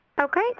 Okay